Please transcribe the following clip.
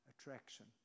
attraction